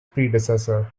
predecessor